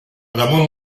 damunt